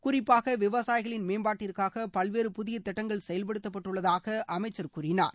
குறிப்பாக விவசாயிகளின் மேம்பாட்டிற்காக பல்வேறு புதிய திட்டங்கள் செயல்படுத்தப்பட்டுள்ளதாக அமைச்சர் கூறினார்